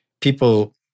people